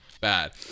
bad